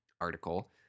article